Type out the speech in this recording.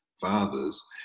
fathers